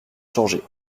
changé